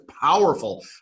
powerful